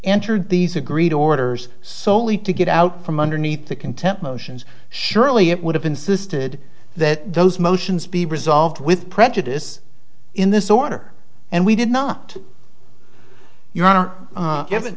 entered these agreed orders solely to get out from underneath the contempt motions surely it would have insisted that those motions be resolved with prejudice in this order and we did not you